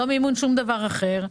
לא מימון שום דבר אחר.